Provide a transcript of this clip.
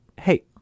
Hey